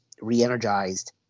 re-energized